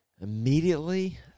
Immediately